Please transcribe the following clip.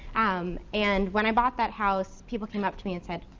um and when i bought that house, people came up to me and said,